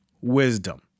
wisdom